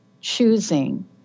choosing